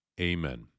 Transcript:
Amen